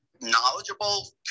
knowledgeable